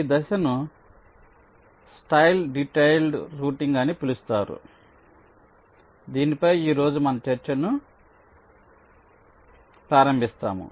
ఈ దశను style detailed routing అని పిలుస్తారు దీనిపై ఈ రోజు మన చర్చను ప్రారంభిస్తాము